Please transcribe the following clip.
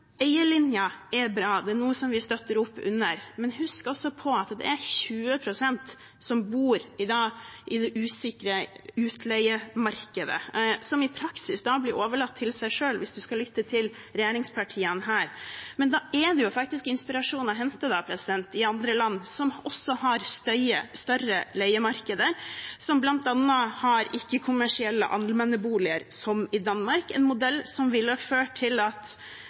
er bra, det er noe som vi støtter opp under, men husk også på at det er 20 pst. som bor i det usikre utleiemarkedet, som i praksis blir overlatt til seg selv, hvis man skal lytte til regjeringspartiene her. Men det er faktisk inspirasjon å hente fra andre land som også har større leiemarkeder, som bl.a. har ikke-kommersielle allmenne boliger, som i Danmark. Det er en modell som ville ført til